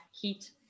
heat